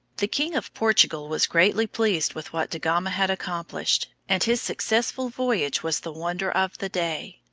the king of portugal was greatly pleased with what da gama had accomplished, and his successful voyage was the wonder of the day.